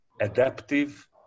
adaptive